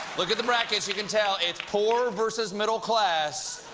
look at the bractses. you can tell. it's poor versus middle class,